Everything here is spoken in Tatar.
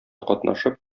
катнашып